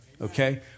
okay